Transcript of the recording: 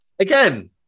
Again